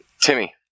Timmy